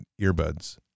earbuds